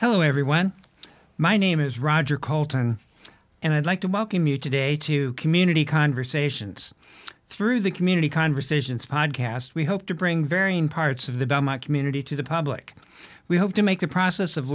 hello everyone my name is roger colton and i'd like to welcome you today to community conversations through the community conversations podcast we hope to bring varying parts of the belmont community to the public we hope to make the process of